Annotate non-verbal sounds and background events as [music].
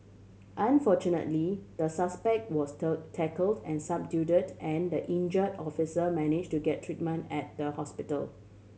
unfortunately the suspect was [unintelligible] tackled and subdued and the injure officer manage to get treatment at the hospital